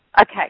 okay